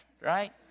right